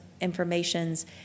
informations